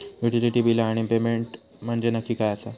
Utility बिला आणि payment म्हंजे नक्की काय आसा?